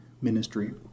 ministry